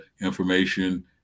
information